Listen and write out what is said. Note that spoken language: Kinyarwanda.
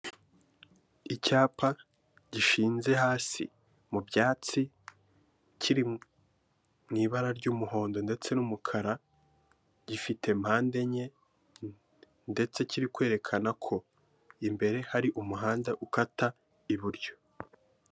Icyapa gishinze hasi mu byatsi kiri mu ibara ry'umuhondo ndetse n'umukara, gifite mpande enye ndetse kiri kwerekana ko imbere hari umuhanda ukata iburyo.